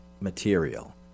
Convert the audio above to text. material